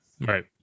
Right